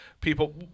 People